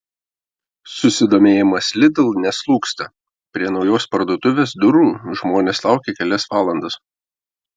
susidomėjimas lidl neslūgsta prie naujos parduotuvės durų žmonės laukė kelias valandas